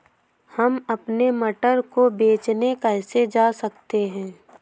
हम अपने मटर को बेचने कैसे जा सकते हैं?